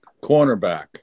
Cornerback